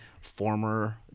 former